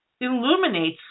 illuminates